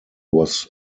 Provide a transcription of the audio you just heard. was